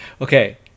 Okay